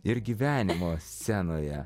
ir gyvenimo scenoje